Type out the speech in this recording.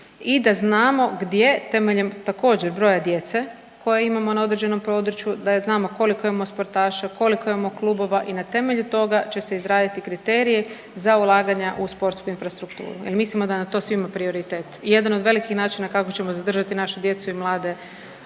i da znamo gdje temeljem također broja djece koja imamo na određenom području, da znamo koliko imamo sportaša, koliko imamo klubova i na temelju toga će se izraditi kriterije za ulaganja u sportsku infrastrukturu jer mislimo da nam je to svima prioritet i jedan od velikih načina kako ćemo zadržati našu djecu i mlade